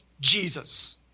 Jesus